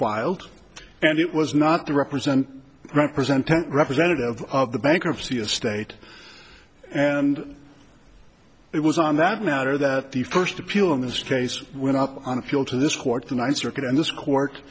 wild and it was not to represent represented representative of the bankruptcy estate and it was on that matter that the first appeal in this case went up on appeal to this court the ninth circuit and this court